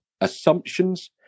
assumptions